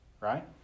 right